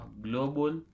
Global